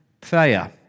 prayer